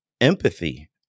empathy